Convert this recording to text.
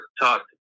talked